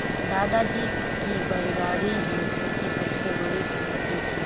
दादाजी की बैलगाड़ी ही उनकी सबसे बड़ी संपत्ति थी